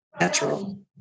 Natural